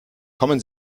kommen